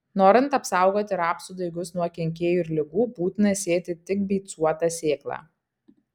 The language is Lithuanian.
norint apsaugoti rapsų daigus nuo kenkėjų ir ligų būtina sėti tik beicuotą sėklą